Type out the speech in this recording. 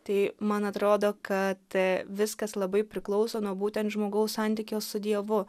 tai man atrodo kad viskas labai priklauso nuo būtent žmogaus santykio su dievu